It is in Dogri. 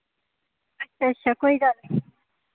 अच्छा अच्छा कोई गल्ल नि